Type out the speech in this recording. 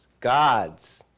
God's